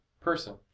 person